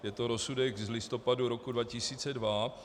Je to rozsudek z listopadu roku 2002.